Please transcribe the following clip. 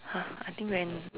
!huh! I think when